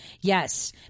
yes